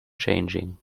changing